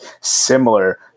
similar